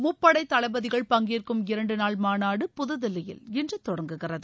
முப்படைத் தளபதிகள் பங்கேற்கும் இரண்டு நாள் மாநாடு புதுதில்லியில் இன்று தொடங்குகிறது